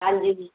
ਹਾਂਜੀ ਜੀ